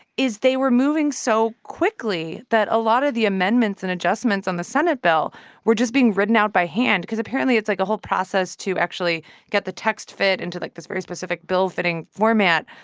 is they were moving so quickly that a lot of the amendments and adjustments on the senate bill were just being written out by hand because, apparently, it's like a whole process to actually get the text fit into, like, this very specific bill-fitting format.